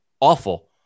awful